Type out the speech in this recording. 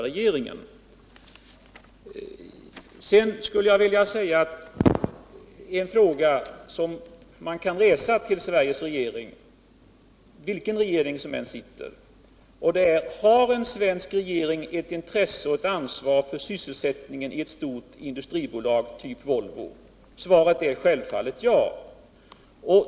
Man kan ställa följande fråga till Sveriges regering, vilken den än är: Har den svenska regeringen intresse och ansvar för sysselsättningen i ett stort industribolag som Volvo? Svaret är självfallet ja.